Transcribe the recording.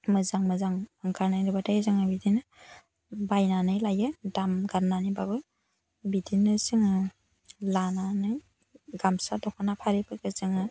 मोजां मोजां ओंखारनाय नुबाथाय जोङो बिदिनो बायनानै लायो दाम गारनानैबाबो बिदिनो जोङो लानानै गामसा दख'ना फालिफोरखौ जोङो